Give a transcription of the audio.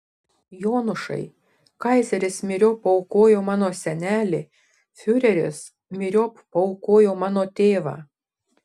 jonušai kaizeris myriop paaukojo mano senelį fiureris myriop paaukojo mano tėvą